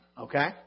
okay